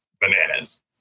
bananas